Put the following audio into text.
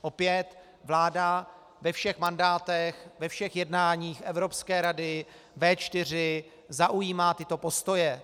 Opět vláda ve všech mandátech, ve všech jednáních Evropské rady, V4, zaujímá tyto postoje.